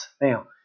Now